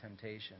temptation